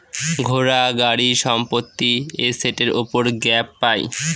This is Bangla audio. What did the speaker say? ঘোড়া, গাড়ি, সম্পত্তি এসেটের উপর গ্যাপ পাই